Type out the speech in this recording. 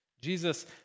Jesus